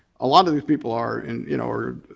a lotta these people are. and you know or